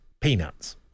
peanuts